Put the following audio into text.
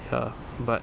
ya but